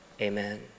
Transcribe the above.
Amen